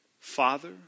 Father